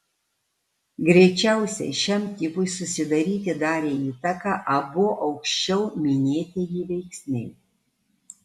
greičiausiai šiam tipui susidaryti darė įtaką abu aukščiau minėtieji veiksniai